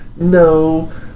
No